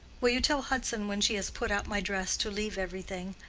will you tell hudson when she has put out my dress to leave everything?